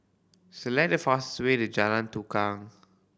select the fastest way to Jalan Tukang